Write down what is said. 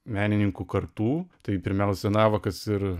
menininkų kartų tai pirmiausia navakas ir